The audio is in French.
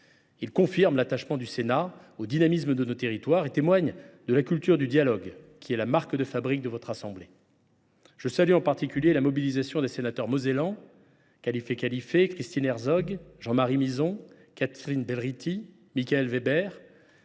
Elle confirme l’attachement du Sénat au dynamisme de nos territoires et témoigne de la culture du dialogue, qui est la marque de fabrique de cette assemblée. Je salue, en particulier, la mobilisation des sénateurs mosellans Khalifé Khalifé, Christine Herzog, Jean Marie Mizzon, Catherine Belrhiti et Michaël Weber,